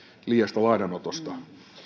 liiasta lainanotosta